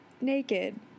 naked